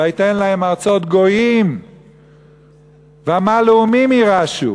"ויתן להם ארצות גוים ועמל לאומים יירשו"